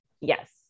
Yes